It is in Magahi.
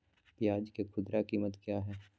प्याज के खुदरा कीमत क्या है?